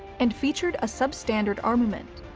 and featured a substandard armament.